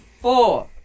four